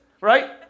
right